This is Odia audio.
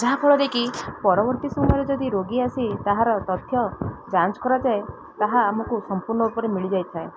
ଯାହାଫଳରେକି ପରବର୍ତ୍ତୀ ସମୟରେ ଯଦି ରୋଗୀ ଆସି ତାହାର ତଥ୍ୟ ଯାଞ୍ଚ କରାଯାଏ ତାହା ଆମକୁ ସମ୍ପୂର୍ଣ୍ଣ ଉପରେ ମିଳିଯାଇଥାଏ